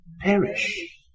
perish